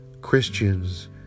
Christians